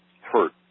hurt